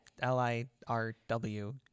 L-I-R-W